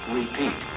repeat